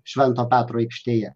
švento petro aikštėje